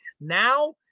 Now